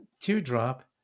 teardrop